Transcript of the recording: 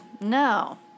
No